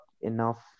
enough